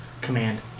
command